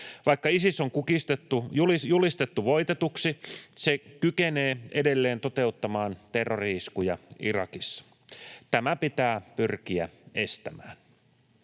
Vaikka Isis on julistettu voitetuksi, se kykenee edelleen toteuttamaan terrori-iskuja Irakissa. Tämä pitää pyrkiä estämään.